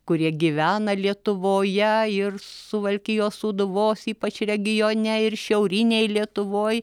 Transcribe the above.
kurie gyvena lietuvoje ir suvalkijos sūduvos ypač regione ir šiaurinėj lietuvoj